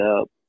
up